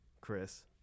Chris